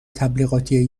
تبلیغاتی